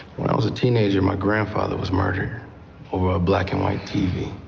when i was a teenager my grandfather was murdered over a black-and-white tv.